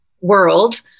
world